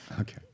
Okay